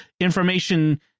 information